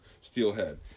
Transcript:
steelhead